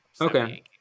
Okay